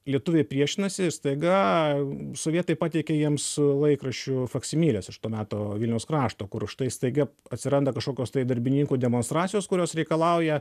lietuviai priešinasi staiga sovietai pateikė jiems laikraščių faksimiles iš to meto vilniaus krašto kur štai staiga atsiranda kažkokios tai darbininkų demonstracijos kurios reikalauja